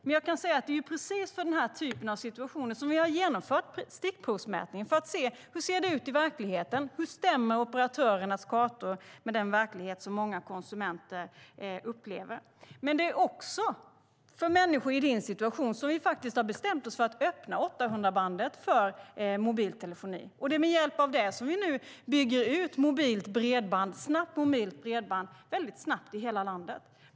Men jag kan säga att det är för precis den här typen av situationer som vi har genomfört stickprovsmätning. Det är för att se: Hur ser det ut i verkligheten? Hur stämmer operatörernas kartor med den verklighet som många konsumenter upplever? Det är också för människor i din situation vi har bestämt oss för att öppna 800-bandet för mobiltelefoni. Det är med hjälp av det vi nu bygger ut mobilt bredband - snabbt mobilt bredband - väldigt snabbt i hela landet.